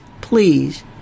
please